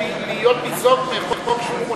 חבר הכנסת רותם יכול להיות ניזוק מחוק שהוא מוציא,